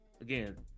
again